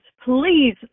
please